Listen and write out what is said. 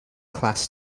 class